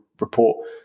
report